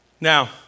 Now